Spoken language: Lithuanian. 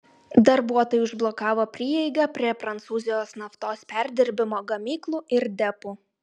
darbuotojai užblokavo prieigą prie prancūzijos naftos perdirbimo gamyklų ir depų